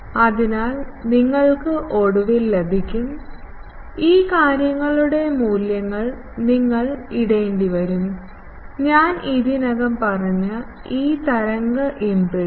അതിനാൽ നിങ്ങൾക്ക് ഒടുവിൽ ലഭിക്കും ഈ കാര്യങ്ങളുടെ മൂല്യങ്ങൾ നിങ്ങൾ ഇടേണ്ടിവരും ഞാൻ ഇതിനകം പറഞ്ഞ ഈ തരംഗ ഇംപാഡൻസ്